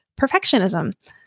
perfectionism